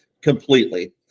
completely